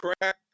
crack